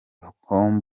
bicirwa